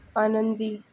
आनंदी